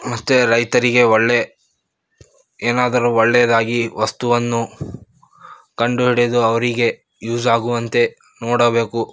ಮತ್ತು ರೈತರಿಗೆ ಒಳ್ಳೆಯ ಏನಾದರೂ ಒಳ್ಳೆಯದಾಗಿ ವಸ್ತುವನ್ನು ಕಂಡುಹಿಡಿದು ಅವರಿಗೆ ಯೂಸ್ ಆಗುವಂತೆ ನೋಡಬೇಕು